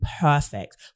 perfect